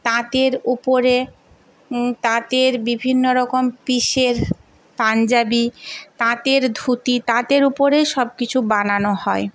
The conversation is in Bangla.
তাঁতের উপরে তাঁতের বিভিন্ন রকম পিসের পাঞ্জাবি তাঁতের ধুতি তাঁতের উপরেই সব কিছু বানানো হয়